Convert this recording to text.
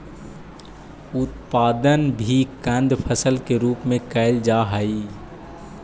उत्पादन भी कंद फसल के रूप में कैल जा हइ